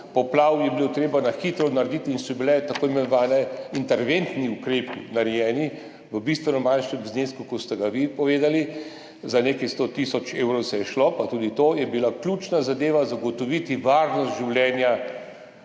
poplav je bilo treba na hitro narediti in so bili tako imenovani interventni ukrepi narejeni v bistveno manjšem znesku, kot ste ga vi povedali, za nekaj sto tisoč evrov je šlo, pa tudi tam je bila ključna zadeva zagotoviti varnost življenja